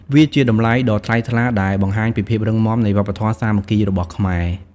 វាជាតម្លៃដ៏ថ្លៃថ្លាដែលបង្ហាញពីភាពរឹងមាំនៃវប្បធម៌សាមគ្គីរបស់ខ្មែរ។